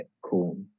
cool